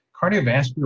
cardiovascular